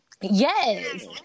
Yes